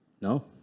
No